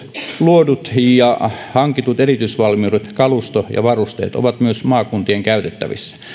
luodut ja hankitut erityisvalmiudet kalusto ja varusteet ovat myös maakuntien käytettävissä